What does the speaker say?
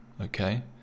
Okay